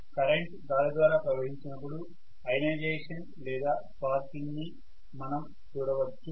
current గాలి ద్వారా ప్రవహించినపుడు అయనైజేషన్ లేదా స్పార్కింగ్ని మనం చూడవచ్చు